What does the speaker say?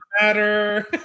matter